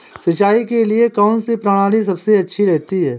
सिंचाई के लिए कौनसी प्रणाली सबसे अच्छी रहती है?